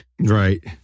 Right